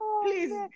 Please